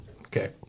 Okay